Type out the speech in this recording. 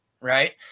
right